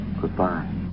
Goodbye